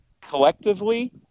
collectively